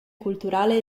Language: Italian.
culturale